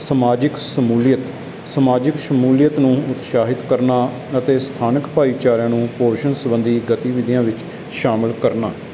ਸਮਾਜਿਕ ਸ਼ਮੂਲੀਅਤ ਸਮਾਜਿਕ ਸ਼ਮੂਲੀਅਤ ਨੂੰ ਉਤਸ਼ਾਹਿਤ ਕਰਨਾ ਅਤੇ ਸਥਾਨਕ ਭਾਈਚਾਰਿਆਂ ਨੂੰ ਪੋਸ਼ਣ ਸੰਬੰਧੀ ਗਤੀਵਿਧੀਆਂ ਵਿੱਚ ਸ਼ਾਮਲ ਕਰਨਾ